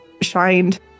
shined